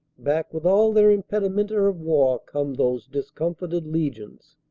back with all their impedimenta of war come those discomforted legions.